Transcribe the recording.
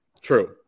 True